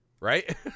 right